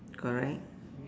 correct